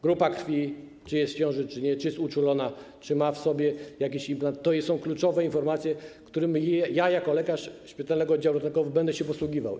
Grupa krwi, czy jest w ciąży czy nie, czy jest uczulona, czy ma w sobie jakiś implant - to są kluczowe informacje, którymi ja jako lekarz szpitalnego oddziału ratunkowego będę się posługiwał.